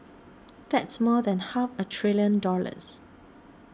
that's more than half a trillion dollars